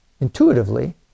intuitively